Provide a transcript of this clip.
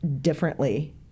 differently